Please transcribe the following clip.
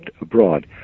abroad